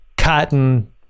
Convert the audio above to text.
Cotton